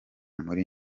muri